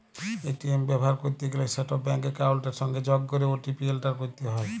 ATM ব্যাভার ক্যরতে গ্যালে সেট ব্যাংক একাউলটের সংগে যগ ক্যরে ও.টি.পি এলটার ক্যরতে হ্যয়